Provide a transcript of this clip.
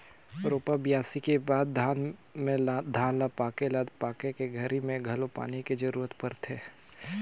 रोपा, बियासी के बाद में धान ल पाके ल पाके के घरी मे घलो पानी के जरूरत परथे